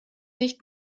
nicht